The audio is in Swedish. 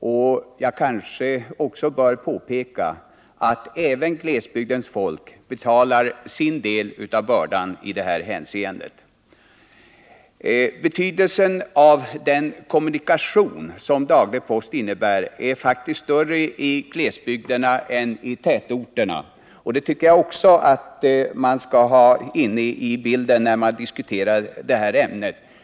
Och jag kanske också bör påpeka att även glesbygdens folk betalar sin del av bördan i det här hänseendet. Betydelsen av den kommunikation som daglig post innebär är faktiskt större i glesbygderna än i tätorterna. Det tycker jag att man också skall ha med i bilden när man diskuterar det här ämnet.